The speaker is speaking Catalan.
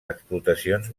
explotacions